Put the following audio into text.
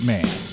Man